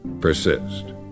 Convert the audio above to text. persist